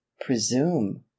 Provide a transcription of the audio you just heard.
presume